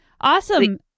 Awesome